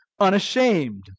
unashamed